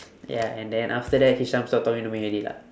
ya and then after that hisham stop talking to me already lah